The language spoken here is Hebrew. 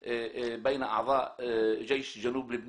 לא, בגלל ההתייחסות של מה קיבלתי